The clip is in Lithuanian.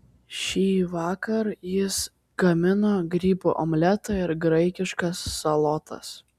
šįvakar jis gamino grybų omletą ir graikiškas salotas